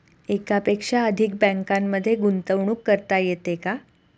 एकापेक्षा अधिक बँकांमध्ये गुंतवणूक करता येते का?